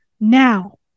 Now